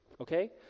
Okay